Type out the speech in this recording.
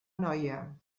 noia